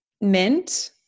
mint